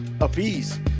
apiece